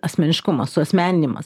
asmeniškumas suasmeninimas